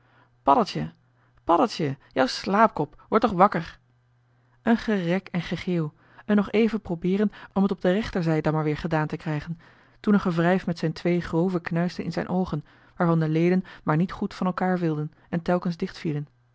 paddeltje paddeltje jou slaapkop word toch wakker een gerek en gegeeuw een nog even probeeren om t op de rechterzij dan maar weer gedaan te krijgen toen een gewrijf met zijn twee grove knuisten in zijn oogen waarvan de leden maar niet goed van elkaar wilden en telkens